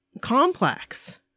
complex